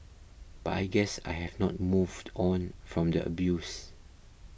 but I guess I have not moved on from the abuse